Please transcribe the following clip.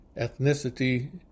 ethnicity